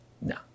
No